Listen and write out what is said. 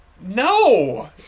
No